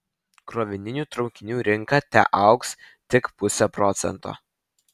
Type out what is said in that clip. krovininių traukinių rinka teaugs tik puse procento